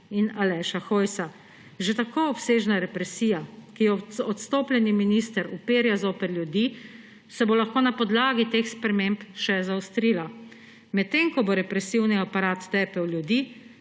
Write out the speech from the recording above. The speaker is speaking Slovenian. in Aleša Hojsa. Že tako obsežna represija, ki jo odstopljeni minister uperja zoper ljudi, se bo lahko na podlagi teh sprememb še zaostrila, medtem ko bo represivni aparat tepel ljudi,